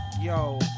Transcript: yo